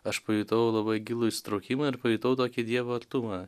aš pajutau labai gilų įsitraukimą ir pajutau tokį dievo artumą